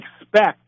expect